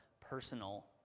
personal